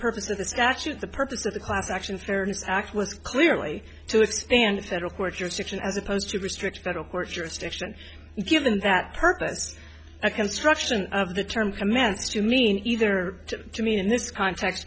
purpose of the statute the purpose of the class action fairness act was clearly to expand the federal court's jurisdiction as opposed to restrict federal court's jurisdiction given that purpose a construction of the term commenced to mean either to mean in this context